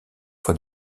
fois